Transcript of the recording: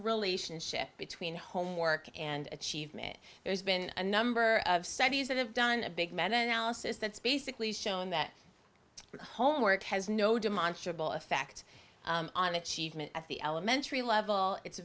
relationship between homework and achievement there's been a number of cities that have done a big man analysis that's basically shown that the homework has no demonstrably effect on achievement at the elementary level it's